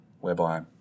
whereby